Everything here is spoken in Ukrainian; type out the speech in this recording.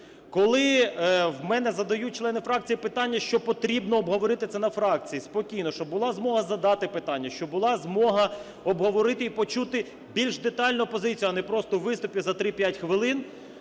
Коли у мене задають члени фракції питання, що потрібно обговорити це на фракції спокійно, щоб була змога задати питання, щоб була змога обговорити і почути більш детально позицію, а не просто виступи за 3-5 хвилин,